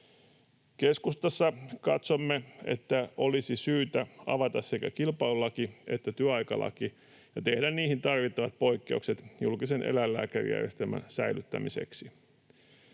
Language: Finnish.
Keskustassa katsomme, että olisi syytä avata sekä kilpailulaki että työaikalaki ja tehdä niihin tarvittavat poikkeukset julkisen eläinlääkärijärjestelmän säilyttämiseksi.